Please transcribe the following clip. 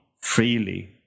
freely